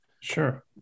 sure